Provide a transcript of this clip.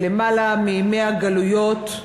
יותר מ-100 גלויות,